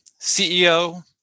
CEO